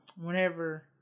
whenever